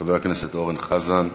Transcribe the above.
חבר הכנסת אורן חזן,